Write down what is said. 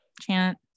chant